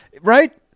right